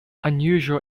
unusual